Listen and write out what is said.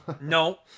No